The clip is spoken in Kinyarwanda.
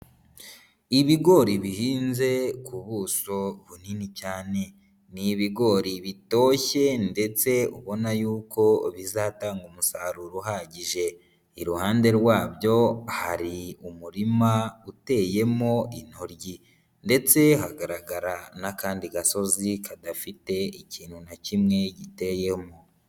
Ibigori bihinze ku buso bunini cyane, ni ibigori bitoshye ndetse ubona yuko bizatanga umusaruro uhagije. Iruhande rwabyo hari umurima uteyemo intoryi ndetse hagaragara n'akandi gasozi kadafite ikintu na kimwe giteyemo.